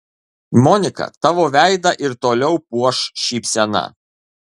monika tavo veidą ir toliau puoš šypsena